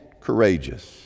Courageous